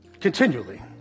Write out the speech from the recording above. Continually